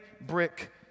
brick